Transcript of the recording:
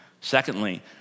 Secondly